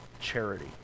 charity